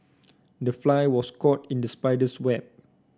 the fly was caught in the spider's web